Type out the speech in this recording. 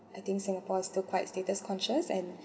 I think singapore is still quite status conscious and